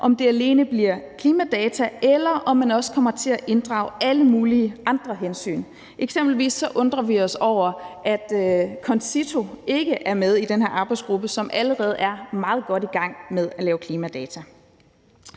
til at arbejde med klimadata, eller om man også kommer til at inddrage alle mulige andre hensyn. Eksempelvis undrer vi os over, at CONCITO, som allerede er meget godt i gang med at lave klimadata,